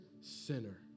sinner